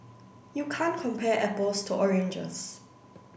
you can't compare apples to oranges